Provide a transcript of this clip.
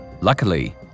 luckily